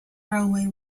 railway